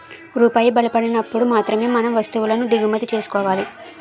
రూపాయి బలపడినప్పుడు మాత్రమే మనం వస్తువులను దిగుమతి చేసుకోవాలి